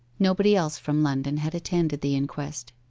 nobody else from london had attended the inquest.